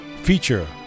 feature